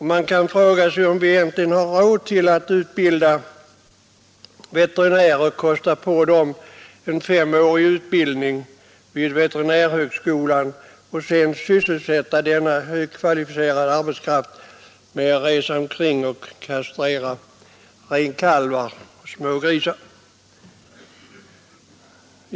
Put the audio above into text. Har vi egentligen råd att utbilda veterinärer, kosta på dem en femårig utbildning vid veterinärhögskolan och sedan sysselsätta denna högkvalificerade arbetskraft med att resa omkring och kastrera renkalvar och smågrisar.